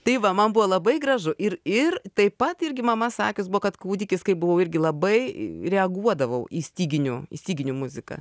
tai va man buvo labai gražu ir ir taip pat irgi mama sakius buvo kad kūdikis kai buvau irgi labai reaguodavau į styginių į styginių muziką